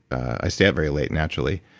i stay up very late naturally.